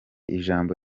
ijambo